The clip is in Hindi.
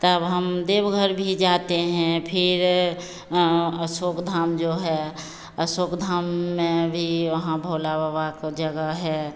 तब हम देवघर भी जाते हैं फिर अशोक धाम जो है अशोक धाम में भी वहाँ भोला बाबा की जगह है